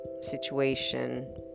situation